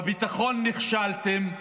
בביטחון נכשלתם,